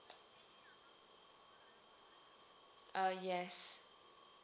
uh yes